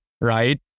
right